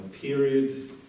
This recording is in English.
period